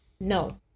No